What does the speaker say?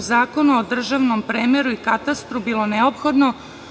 u Zakonu o državnom premeru i katastru bilo neophodno